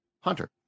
Hunter